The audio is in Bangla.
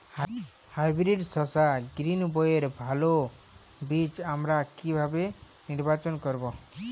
হাইব্রিড শসা গ্রীনবইয়ের ভালো বীজ আমরা কিভাবে নির্বাচন করব?